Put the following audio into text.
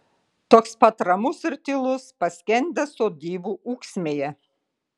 toks pat ramus ir tylus paskendęs sodybų ūksmėje